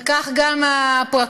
וכך גם הפרקליטים.